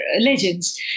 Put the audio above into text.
legends